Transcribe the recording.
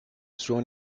suo